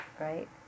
right